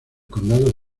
condado